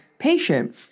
patient